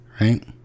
right